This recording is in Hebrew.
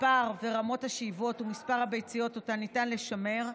מספר ורמות השאיבות ומספר הביציות שאותן ניתן לשמר,